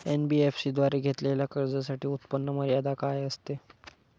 NBFC द्वारे घेतलेल्या कर्जासाठी उत्पन्न मर्यादा काय असते?